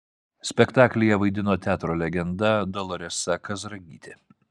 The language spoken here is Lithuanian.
spektaklyje vaidino teatro legenda doloresa kazragytė